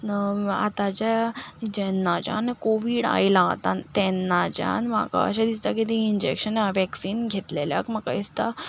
आतांच्या जेन्नाच्यान कोविड आयलां तेन्नाच्यान म्हाका दिसता की तीं इन्जेकशनां वॅक्सिन घेतलेल्याक म्हाका दिसता